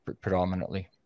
predominantly